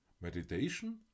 Meditation